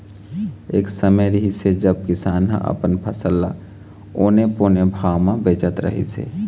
एक समे रिहिस हे जब किसान ह अपन फसल ल औने पौने भाव म बेचत रहिस हे